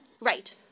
Right